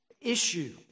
issue